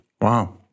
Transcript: Wow